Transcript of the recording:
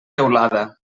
teulada